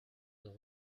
ont